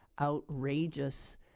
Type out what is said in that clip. outrageous